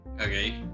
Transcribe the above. Okay